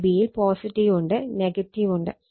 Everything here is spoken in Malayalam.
Vab യിൽ പോസിറ്റീവുണ്ട് നെഗറ്റീവുണ്ട്